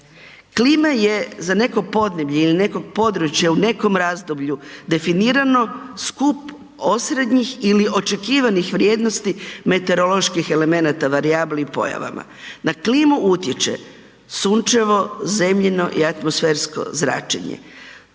Klima je za neko podneblje ili neko područje u nekom razdoblju definirano skup osrednjih ili očekivanih vrijednosti meteoroloških elemenata, varijabli i pojavama. Na klimu utječe Sunčevo, Zemljino i atmosfersko zračenje.